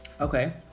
Okay